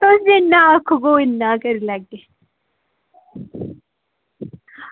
तुस जिन्ना आक्खगे उन्ना करी लैगे